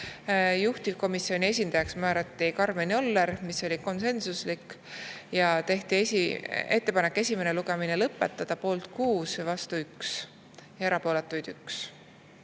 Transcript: Juhtivkomisjoni esindajaks määrati Karmen Joller, mis oli konsensuslik otsus, ja tehti ettepanek esimene lugemine lõpetada: poolt 6, vastu 1, erapooletuid 1.